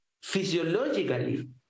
physiologically